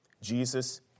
Jesus